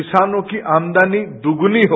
किसानों की आमदनी दुपुनी हो